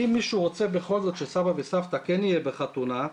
אם מישהו רוצה בכל זאת שהסבא או הסבתא כן יהיו בחתונה,